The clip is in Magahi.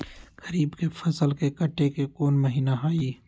खरीफ के फसल के कटे के कोंन महिना हई?